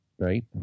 Right